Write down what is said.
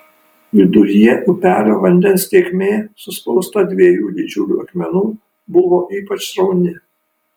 viduryje upelio vandens tėkmė suspausta dviejų didžiulių akmenų buvo ypač srauni